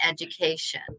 education